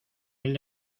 mil